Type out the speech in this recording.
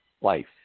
life